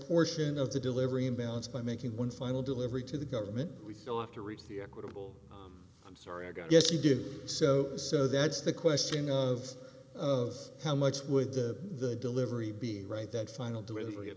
portion of the delivery in balance by making one final delivery to the government we still have to reach the equitable i'm sorry i guess you did so so that's the question of of how much would the delivery be right that final delivery of